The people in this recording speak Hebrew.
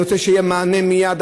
אני רוצה שיהיה מענה מייד.